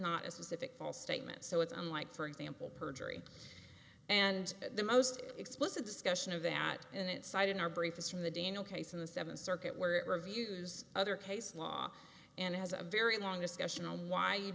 not a specific false statement so it's unlike for example perjury and the most explicit discussion of that and it's cited in our brief is from the daniel case in the seventh circuit where it reviews other case law and has a very long discussion on why you